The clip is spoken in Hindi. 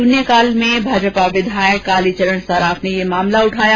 शून्यकाल मेंभाजपा विधायक कालीचरण सर्राफ ने यह मामला उठाया